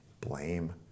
Blame